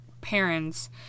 parents